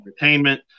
entertainment